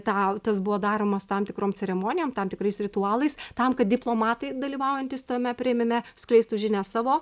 tą tas buvo daroma su tam tikrom ceremonijom tam tikrais ritualais tam kad diplomatai dalyvaujantys tame priėmime skleistų žinią savo